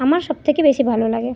আমার সবথেকে বেশি ভালো লাগে